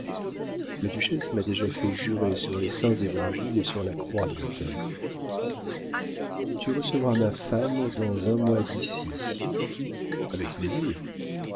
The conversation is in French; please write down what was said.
la duchesse m'a déjà fait jurer sur les saints évangiles et sur la croix de me taire tu recevras ma femme dans un mois d'ici avec plaisir